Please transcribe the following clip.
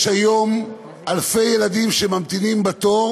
יש היום אלפי ילדים שממתינים בתור